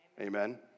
Amen